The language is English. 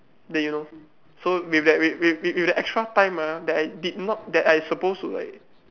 then you know so with that with with with with the extra time ah that I did not that I suppose to like